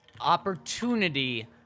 opportunity